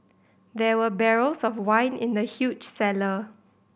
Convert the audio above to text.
there were barrels of wine in the huge cellar